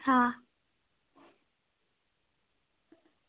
हां